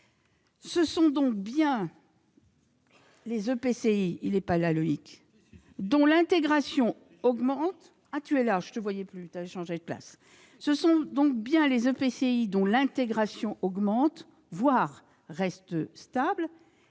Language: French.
Ce sont donc bien les EPCI dont l'intégration augmente ou reste stable